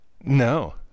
No